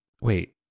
wait